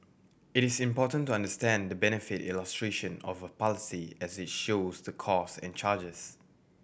it is important to understand the benefit illustration of a policy as it shows the cost and charges